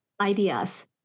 ideas